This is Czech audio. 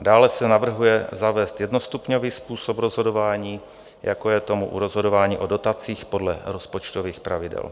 Dále se navrhuje zavést jednostupňový způsob rozhodování, jako je tomu u rozhodování o dotacích podle rozpočtových pravidel.